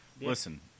Listen